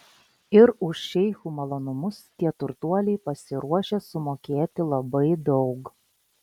ir už šeichų malonumus tie turtuoliai pasiruošę sumokėti labai daug